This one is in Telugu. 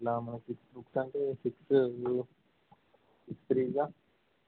ఇలా మన సిక్స్ బుక్స్ అంటే సిక్స్ సిక్స్ త్రీగా